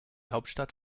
hauptstadt